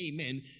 Amen